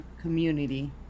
community